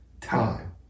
time